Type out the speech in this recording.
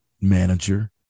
manager